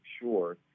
sure